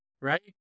right